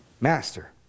master